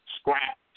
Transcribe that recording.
Scrap